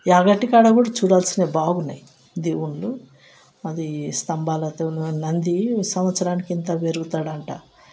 యాగంటి కాడ కూడా చూడాల్సినవి బాగున్నాయి ఇది అది స్తంభాలతో నంది సంవత్సరానికి ఇంత పెరుగుతాడు అంట